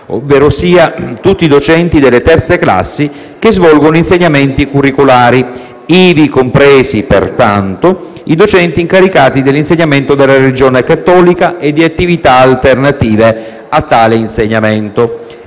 ovverosia tutti i docenti delle classi terze che svolgono insegnamenti curricolari, ivi compresi, pertanto, i docenti incaricati dell'insegnamento della religione cattolica e di attività alternative a tale insegnamento,